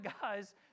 guys